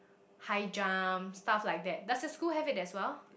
high jumps stuff like that does your school have it as well